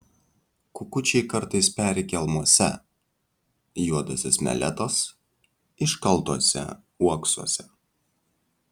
kukučiai kartais peri kelmuose juodosios meletos iškaltuose uoksuose